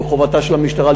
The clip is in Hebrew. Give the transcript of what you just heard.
מחובתה של המשטרה,